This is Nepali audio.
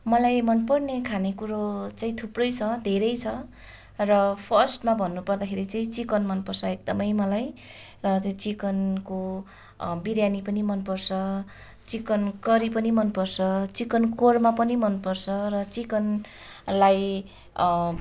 मलाई मन पर्ने खाने कुरो चाहिँ थुप्रै छ धेरै छ र फर्स्टमा भन्नु पर्दाखेरि चाहिँ चिकन मन पर्छ एकदमै मलाई र त्यो चिकनको बिरियानी पनि मन पर्छ चिकन करी पनि मन पर्छ चिकन कोर्मा पनि मन पर्छ र चिकनलाई